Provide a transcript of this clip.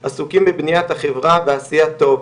עסוקים בבניית החברה ועשיית טוב.